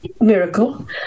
miracle